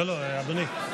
לא, לא, אדוני.